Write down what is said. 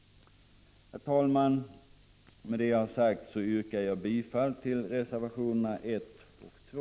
Herr talman! Med det anförda yrkar jag bifall till reservationerna 1 och 2.